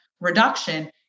reduction